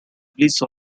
release